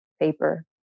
paper